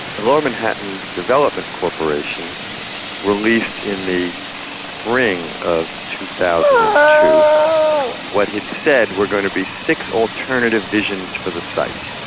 the lower manhattan development corporation released in the spring of two thousand and two what he'd said were going to be six alternative visions for the site.